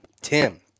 Tim